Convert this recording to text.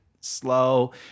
slow